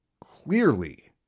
clearly